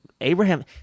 Abraham